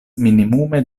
minimume